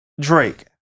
Drake